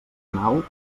nau